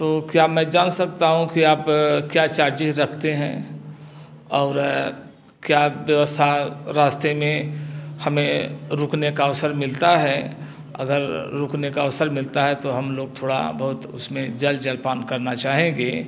तो क्या मैं जान सकता हूँ कि आप क्या चार्जेज रखते हैं और क्या व्यवस्था रास्ते में हमें रुकने का अवसर मिलता है अगर रुकने का अवसर मिलता है तो हम लोग थोड़ा बहुत उस में जल जलपान करना चाहेंगे